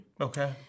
Okay